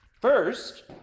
First